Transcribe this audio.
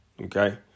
okay